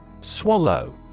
Swallow